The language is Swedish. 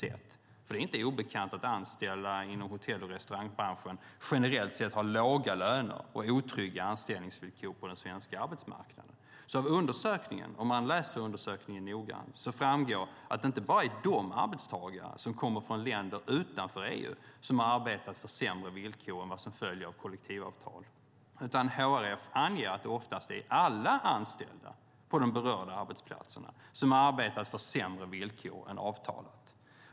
Det är inte obekant att anställda inom hotell och restaurangbranschen generellt har låga löner och otrygga anställningsvillkor på den svenska arbetsmarknaden. Om man läser undersökningen noggrant framgår det att det inte bara är arbetstagare som kommer från länder utanför EU som har arbetat för sämre villkor än kollektivavtalets. HRF anger att det oftast är alla anställda på de berörda arbetsplatserna som har arbetat för sämre villkor än avtalat.